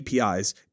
APIs